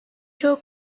çoğu